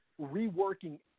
reworking